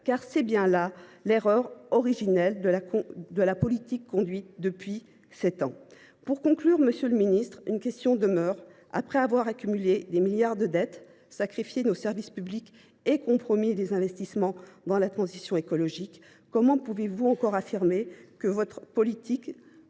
Là est bien l’erreur originelle de la politique conduite depuis sept ans. Monsieur le ministre, une question demeure : après avoir accumulé des milliards d’euros de dettes, sacrifié nos services publics et compromis les investissements dans la transition écologique, comment pouvez vous encore affirmer que votre politique